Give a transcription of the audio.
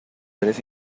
tres